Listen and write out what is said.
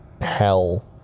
hell